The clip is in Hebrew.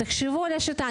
תחשבו על השיטה.